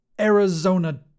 Arizona